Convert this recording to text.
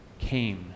came